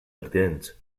pertinents